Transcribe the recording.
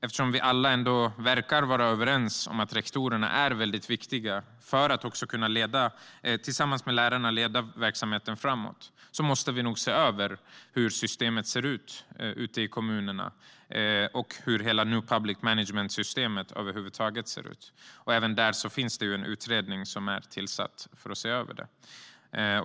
Eftersom vi alla verkar vara överens om att rektorerna är väldigt viktiga när det gäller att tillsammans med lärarna leda verksamheten framåt måste vi nog se över hur systemet ser ut ute i kommunerna och hur new public management-systemet över huvud taget ser ut. Även för att se över det är en utredning tillsatt.